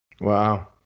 Wow